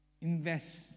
Invest